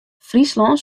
fryslân